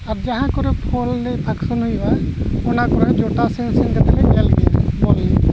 ᱟᱨ ᱡᱟᱦᱟᱸ ᱠᱚᱨᱮ ᱵᱚᱞ ᱮᱱᱮᱞ ᱯᱷᱟᱱᱥᱚᱱ ᱦᱩᱭᱩᱜᱼᱟ ᱚᱱᱟ ᱠᱚᱨᱮ ᱡᱚᱴᱟᱣ ᱥᱟᱣ ᱥᱮᱱ ᱠᱟᱛᱮᱞᱮ ᱧᱮᱞ ᱜᱮᱭᱟ ᱵᱚᱞ ᱮᱱᱮᱡ